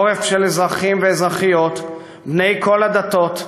עורף של אזרחים ואזרחיות בני כל הדתות,